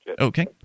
Okay